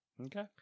Okay